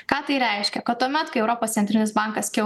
ką tai reiškia kad tuomet kai europos centrinis bankas